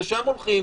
לשם הולכים.